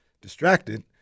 distracted